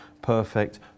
perfect